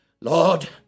Lord